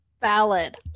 valid